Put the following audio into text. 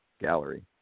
Gallery